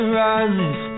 rises